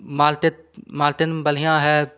माल्तेत मालटेन में बढ़िया है